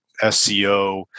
SEO